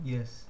Yes